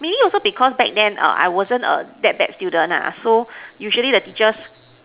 maybe also because back then err I wasn't a that bad student lah so usually the teachers